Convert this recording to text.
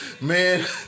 man